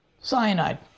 cyanide